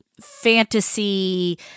fantasy